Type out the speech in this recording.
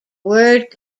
word